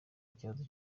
ikibazo